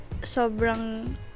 sobrang